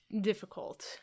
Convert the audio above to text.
difficult